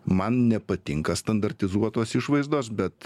man nepatinka standartizuotos išvaizdos bet